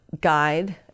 guide